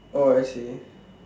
oh I see